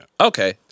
Okay